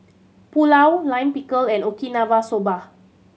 Pulao Lime Pickle and Okinawa Soba